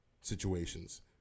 situations